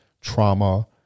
trauma